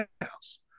house